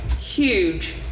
huge